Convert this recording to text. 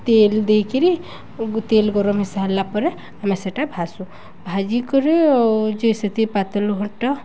ତେଲ ଦେଇକିରି ତେଲ ଗରମ ହେଇ ସାରିଲା ପରେ ଆମେ ସେଇଟା ଭାସୁ ଭାଜିିକରି ଯେ ସେଠି ପାତଲୁଘଣ୍ଟା